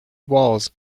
walls